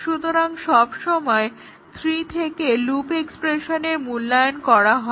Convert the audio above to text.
সুতরাং সবসময় 3 থেকে লুপ এক্সপ্রেশনের মূল্যায়ন করা হয়